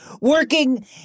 working